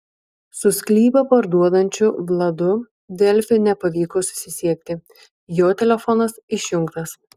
su sklypą parduodančiu vladu delfi nepavyko susisiekti jo telefonas išjungtas